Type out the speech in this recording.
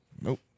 Nope